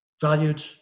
valued